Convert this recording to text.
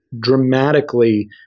dramatically